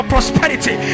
prosperity